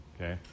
okay